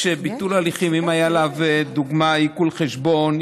יש ביטול הליכים: אם היה עליו לדוגמה עיקול חשבון,